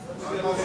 על מה שחרש.